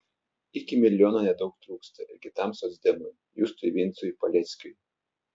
iki milijono nedaug trūksta ir kitam socdemui justui vincui paleckiui